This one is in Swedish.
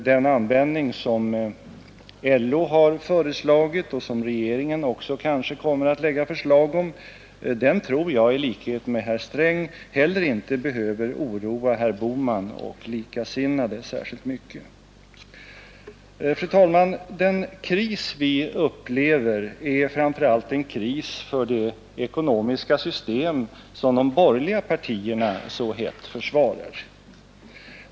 Den användning som LO har föreslagit, och som regeringen också kanske kommer att framlägga förslag om, tror jag i likhet med herr Sträng inte behöver oroa herr Bohman och likasinnade särskilt mycket. Fru talman! Den kris vi upplever är framför allt en kris för det ekonomiska system som de borgerliga partierna så hett försvarar.